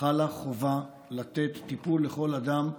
חלה חובה לתת טיפול לכל אדם,